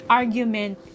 argument